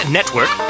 Network